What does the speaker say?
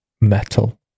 Metal